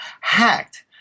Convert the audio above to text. Hacked